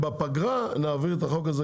ובפגרה נעביר את החוק הזה.